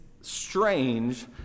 strange